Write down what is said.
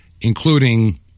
including